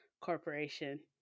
corporation